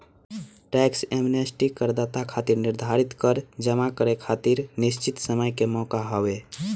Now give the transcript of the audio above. tax amnesty करदाता खातिर निर्धारित कर जमा करे खातिर निश्चित समय के मौका हवे